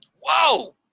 Whoa